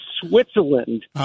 Switzerland